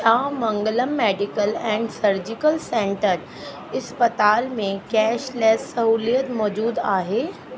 छा Mangalam medical and surgical centre इस्पतालि में कैशलेस सहूलियत मौजूदु आहे